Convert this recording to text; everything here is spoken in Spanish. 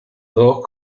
dos